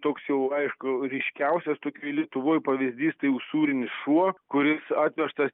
toks jau aišku ryškiausias tokių lietuvoj pavyzdys tai usūrinis šuo kuris atvežtas